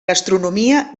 gastronomia